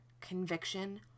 conviction